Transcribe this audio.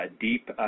deep